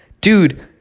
Dude